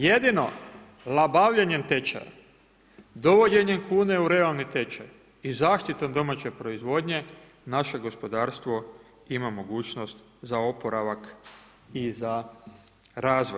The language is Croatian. Jedino labavljenjem tečaja, dovođenjem kune u realni tečaj i zaštitom domaće proizvodnje naše gospodarstvo ima mogućnost za oporavak i za razvoj.